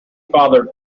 fathered